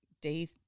day